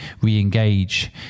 re-engage